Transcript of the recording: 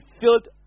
filled